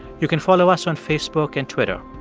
you can follow us on facebook and twitter.